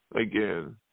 Again